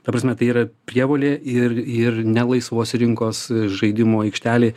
ta prasme tai yra prievolė ir ir ne laisvos rinkos žaidimų aikštelė